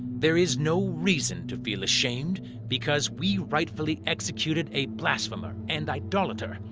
there is no reason to feel ashamed because we rightfully executed a blasphemer and idolater.